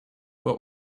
what